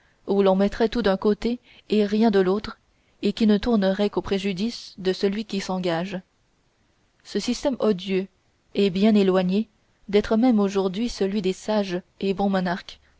où l'on mettrait tout d'un côté et rien de l'autre et qui ne tournerait qu'au préjudice de celui qui s'engage ce système odieux est bien éloigné d'être même aujourd'hui celui des sages et bons monarques